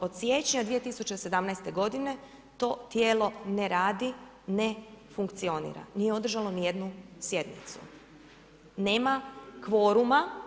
od siječnja 2017. godine to tijelo ne radi, ne funkcionira, nije održalo nijednu sjednicu, nema kvoruma.